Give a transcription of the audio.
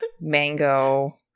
mango